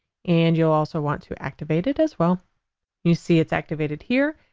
and you'll also want to activate it as well you see it's activated here.